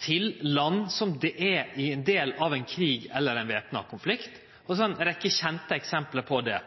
til land som er del av ein krig eller ein væpna konflikt. Det er ei rekkje kjende eksempel på det.